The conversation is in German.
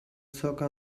zirka